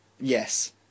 Yes